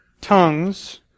tongues